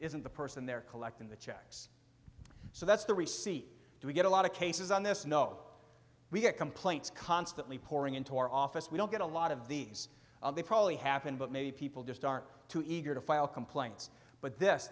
isn't the person they're collecting the checks so that's the receipt do we get a lot of cases on this no we get complaints constantly pouring into our office we don't get a lot of these probably happen but maybe people just aren't too eager to file complaints but this